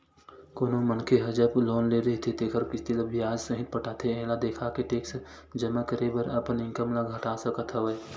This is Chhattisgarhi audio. कोनो मनखे ह जब लोन ले रहिथे तेखर किस्ती ल बियाज सहित पटाथे एला देखाके टेक्स जमा करे बर अपन इनकम ल घटा सकत हवय